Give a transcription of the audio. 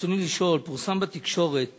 פורסם בתקשורת